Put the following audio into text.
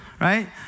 right